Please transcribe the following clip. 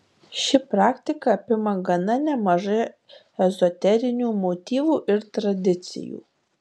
ši praktika apima gana nemažai ezoterinių motyvų ir tradicijų